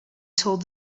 told